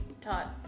taught